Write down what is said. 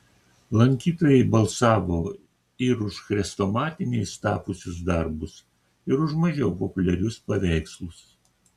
lankytojai balsavo ir už chrestomatiniais tapusius darbus ir už mažiau populiarius paveikslus